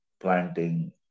planting